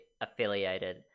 affiliated